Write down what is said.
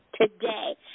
Today